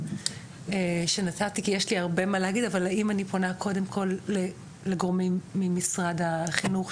אני המפקח לימודי תרבות יהדות ישראלית במשרד החינוך,